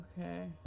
Okay